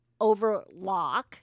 overlock